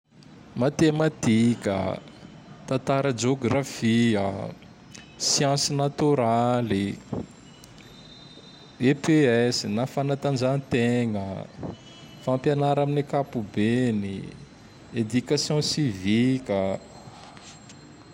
Matematika, Tatara Geografia, Siansy Natoraly, E.P.S na fanatanjategna, Fampianara am ankapobeny, Education Sivika.